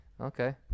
okay